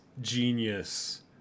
genius